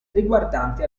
riguardanti